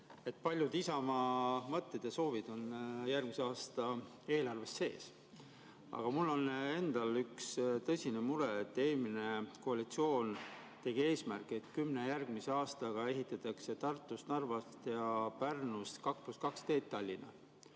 Paljud Isamaa mõtted ja soovid on järgmise aasta eelarves sees. Aga mul on endal üks tõsine mure. Eelmine koalitsioon seadis eesmärgi, et järgmise kümne aastaga ehitatakse Tartust, Narvast ja Pärnust 2 + 2 teed Tallinna.